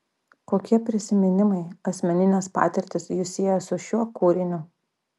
kokie prisiminimai asmeninės patirtys jus sieja su šiuo kūriniu